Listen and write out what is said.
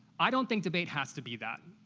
i don't think debate has to be that.